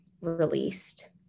released